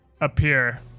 appear